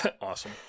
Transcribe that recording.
Awesome